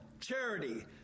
Charity